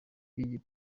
mibi